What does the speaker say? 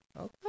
okay